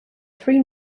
three